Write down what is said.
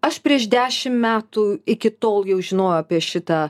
aš prieš dešim metų iki tol jau žinojau apie šitą